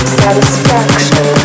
satisfaction